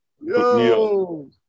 Yo